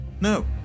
No